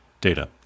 Data